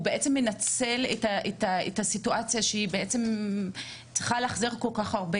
בעצם מנצל את הסיטואציה שהיא צריכה להחזיר כל כך הרבה